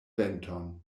venton